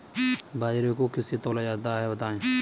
बाजरे को किससे तौला जाता है बताएँ?